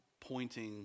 pointing